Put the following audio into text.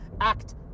act